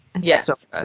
Yes